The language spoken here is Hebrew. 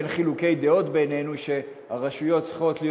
שאין חילוקי דעות בינינו שהרשויות צריכות להיות